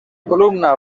columna